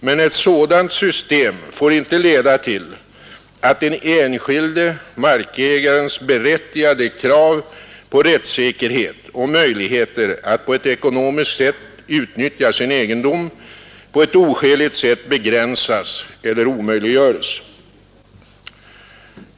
Men ett sådant system får inte leda till att den enskilde markägarens berättigade krav på rättssäkerhet och möjligheter att på ett ekonomiskt sätt utnyttja sin egendom på ett oskäligt sätt begränsas eller elimineras.